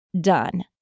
done